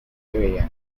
area